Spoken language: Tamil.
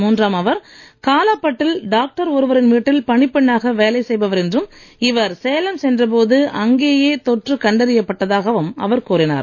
மூன்றாமவர் காலாப்பட் டில் டாக்டர் ஒருவரின் வீட்டில் பணிப்பெண்ணாக வேலை செய்பவர் என்றும் இவர் சேலம் சென்ற போது அங்கேயே தொற்று கண்டறியப் பட்டதாகவும் அவர் கூறினார்